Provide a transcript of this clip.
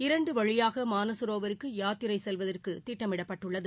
இரண்டுவழியாகமனசரோவருக்குயாத்திரைசெல்வதற்குதிட்டமிடப்பட்டுள்ளது